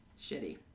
Shitty